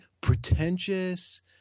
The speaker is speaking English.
pretentious